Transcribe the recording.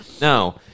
No